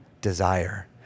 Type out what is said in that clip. desire